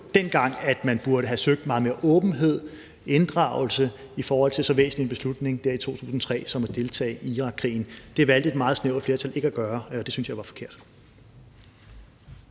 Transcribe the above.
dengang burde have søgt meget mere åbenhed og inddragelse i forhold til så væsentlig en beslutning som dér i 2003 at deltage i Irakkrigen. Det valgte et meget snævert flertal ikke at gøre, og det synes jeg var forkert.